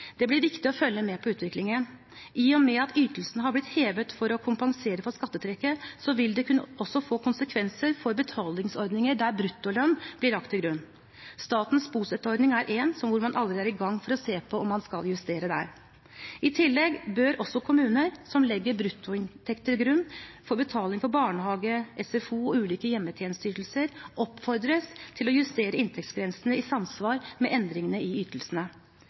Det blir viktig å følge med på utviklingen. I og med at ytelsen har blitt hevet for å kompensere for skattetrekket, vil det også kunne få konsekvenser for betalingsordninger der bruttolønn blir lagt til grunn. Statens bostøtteordning er én, og man er allerede i gang med å se på om man skal justere der. I tillegg bør også kommuner som legger bruttoinntekt til grunn for betaling til barnehage, SFO og ulike hjemmetjenesteytelser, oppfordres til å justere inntektsgrensene i samsvar med endringene i ytelsene.